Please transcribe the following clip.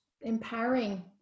empowering